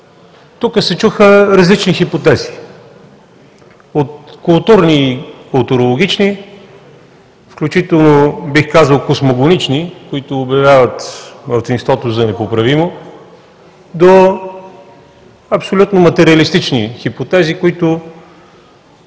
Тук се чуха различни хипотези – от културни и културологични, включително, бих казал, космогонични, които обявяват малцинството за непоправимо, до абсолютно материалистични хипотези, които